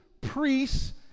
priests